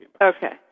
Okay